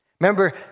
Remember